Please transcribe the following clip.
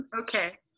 Okay